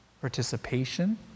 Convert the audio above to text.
participation